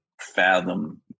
fathom